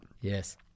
yes